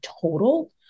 total